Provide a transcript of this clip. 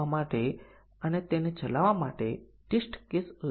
અથવા બીજા શબ્દોમાં કહીએ તો અમારું MCDC ટેસ્ટીંગ કેસ 1 2 3 હશે